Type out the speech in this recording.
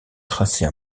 tracer